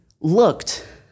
looked